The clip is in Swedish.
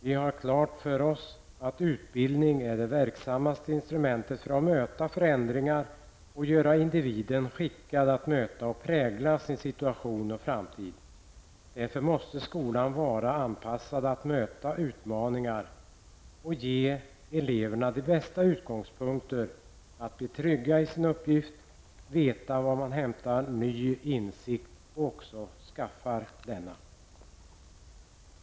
Vi har klart för oss att utbildning är det verksammaste instrumentet för att möta förändringar och göra individen skickad att möta och prägla sin situation och framtid. Därför måste skolan vara anpassad att möta utmaningar och ge eleverna de bästa utgångspunkter att bli trygga i sin uppgift, veta var man hämtar ny insikt och också skaffar sig denna.